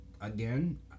again